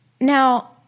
Now